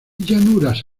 llanuras